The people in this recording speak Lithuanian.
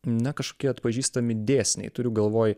na kažkokie atpažįstami dėsniai turiu galvoj